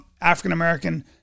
African-American